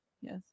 Yes